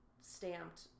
stamped